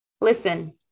listen